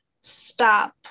stop